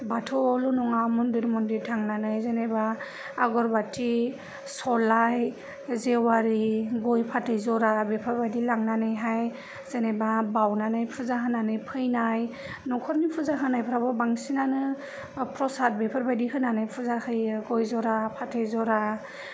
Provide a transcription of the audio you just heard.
बाथौयावल' नङा मन्दिर मन्दिर थांनानै जेनोबा आगर बाथि सलाय जेवारि गय फाथै ज'रा बेफोर बायदि लांनानैहाय जेनोबा बावनानै फुजा होनानै फैनाय न'खरनि फुजा होनाय फ्राबो बांसिनानो फ्रसाद बेफोरबायदि होनानै फुजा होयो गय ज'रा फाथै ज'रा